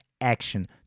action